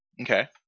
Okay